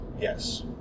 Yes